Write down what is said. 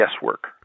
guesswork